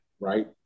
right